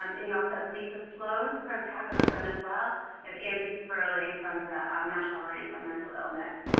um and you also have lisa sloane from tac on the phone, as well as andrew sperling from the um national alliance on mental illness,